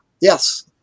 yes